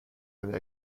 seiner